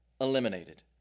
eliminated